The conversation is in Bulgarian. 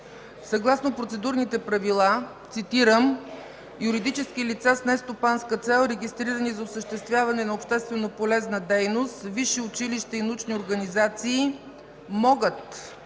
Съгласно Процедурните правила, цитирам: „Юридически лица с нестопанска цел, регистрирани за осъществяване на общественополезна дейност, висши училища и научни организации могат